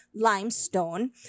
limestone